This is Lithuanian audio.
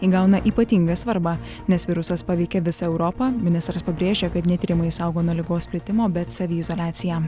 įgauna ypatingą svarbą nes virusas paveikė visą europą ministras pabrėžė kad ne tyrimai saugo nuo ligos plitimo bet saviizoliacija